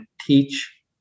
teach